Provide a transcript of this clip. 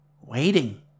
Waiting